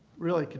really,